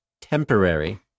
Temporary